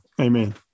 Amen